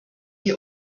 die